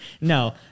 no